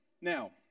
Now